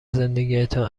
زندگیتان